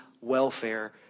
welfare